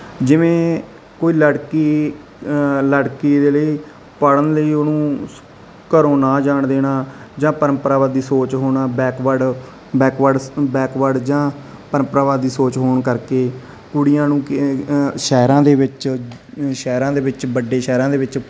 ਜਿਵੇਂ ਕੋਈ ਲੜਕੀ ਲੜਕੀ ਜਿਹੜੀ ਪੜ੍ਹਨ ਲਈ ਉਹਨੂੰ ਘਰੋਂ ਨਾ ਜਾਣ ਦੇਣਾ ਜਾਂ ਪਰੰਪਰਾਵਾਦੀ ਸੋਚ ਹੋਣਾ ਬੈਕਵਰਡ ਜਾਂ ਪਰੰਪਰਾਵਾਦੀ ਸੋਚ ਹੋਣ ਕਰਕੇ ਕੁੜੀਆਂ ਨੂੰ ਸ਼ਹਿਰਾਂ ਦੇ ਵਿੱਚ ਸ਼ਹਿਰਾਂ ਦੇ ਵਿੱਚ ਵੱਡੇ ਸ਼ਹਿਰਾਂ ਦੇ ਵਿੱਚ